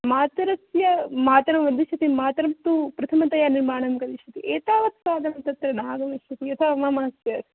मातरस्य मातरं वदिष्यति मातरं तु प्रथमतया निर्माणं करिष्यति एतावत् स्वादं तत्र न आगमिष्यति यथा ममास्य